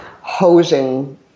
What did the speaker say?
hosing